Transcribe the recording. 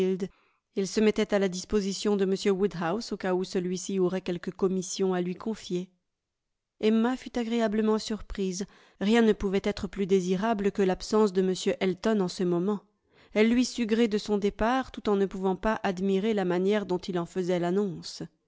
il se mettait à la disposition de m woodhouse au cas où celui-ci aurait quelque commission à lui confier emma fut agréablement surprise rien ne pouvait être plus désirable que l'absence de m elton en ce moment elle lui sut gré de son départ tout en ne pouvant pas admirer la manière dont il en faisait l'annonce